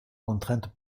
contrainte